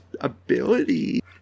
ability